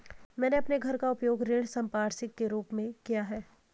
मैंने अपने घर का उपयोग ऋण संपार्श्विक के रूप में किया है